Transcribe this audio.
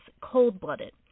cold-blooded